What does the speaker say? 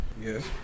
Yes